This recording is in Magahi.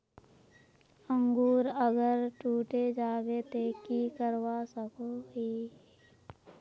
अंकूर अगर टूटे जाबे ते की करवा सकोहो ही?